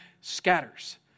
scatters